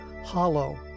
hollow